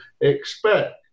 expect